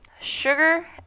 Sugar